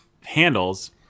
handles